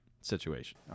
situation